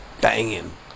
banging